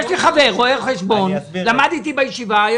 יש לי חבר, רואה חשבון, למד איתי בישיבה.